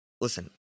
listen